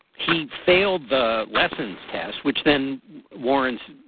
he failed the lessons test, which then warren's